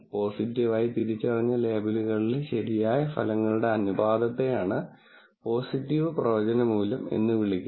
positive ആയി തിരിച്ചറിഞ്ഞ ലേബലുകളിലെ ശരിയായ ഫലങ്ങളുടെ അനുപാതത്തെയാണ് പോസിറ്റീവ് പ്രവചന മൂല്യം എന്ന് വിളിക്കുന്നത്